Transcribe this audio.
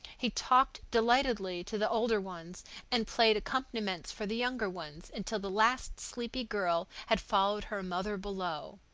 he talked delightfully to the older ones and played accompaniments for the younger ones until the last sleepy girl had followed her mother below.